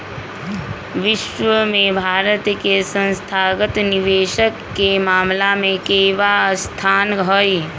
विश्व में भारत के संस्थागत निवेशक के मामला में केवाँ स्थान हई?